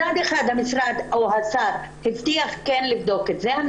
מצד אחד המשרד או השר הבטיח לבדוק את זה ואני